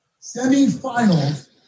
semifinals